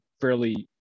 fairly